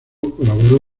colaboró